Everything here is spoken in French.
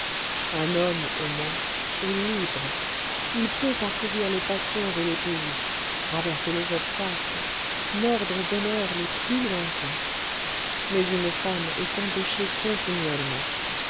un homme au moins est libre il peut parcourir les passions et les pays traverser les obstacles mordre aux bonheurs les plus lointains mais une femme est empêchée continuellement